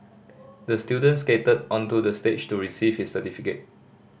the student skated onto the stage to receive his certificate